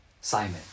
Simon